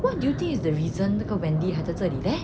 what do you think is the reason 那个 wendy 还在这里 leh